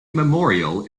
memorial